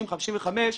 55-50,